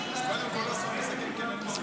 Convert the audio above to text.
מלכיאלי?